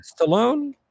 stallone